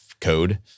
code